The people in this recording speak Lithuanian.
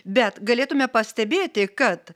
bet galėtumėme pastebėti kad